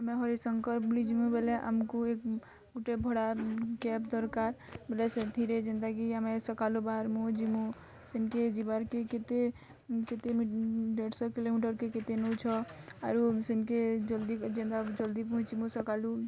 ଆମେ ହରିଶଙ୍କର୍ ବୁଲିଯିମୁଁ ବେଲେ ଆମ୍କୁ ଗୁଟେ ଭଡ଼ା କ୍ୟାବ୍ ଦରକାର୍ ଗୁଟେ ସେଥିରେ ଯେନ୍ତାକି ଆମେ ସକାଲୁ ବାହାରିମୁ ଯିମୁଁ ସେନ୍କେ ଯିବାର୍କେ କେତେ କେତେ ଦେଢ଼୍ଶହ କିଲୋମିଟର୍କେ କେତେ ନଉଛ ଆରୁ ସେନ୍କେ ଜଲ୍ଦି ଯେନ୍ତା ଜଲ୍ଦି ପହଁଞ୍ଚିବୁ ସକାଲୁ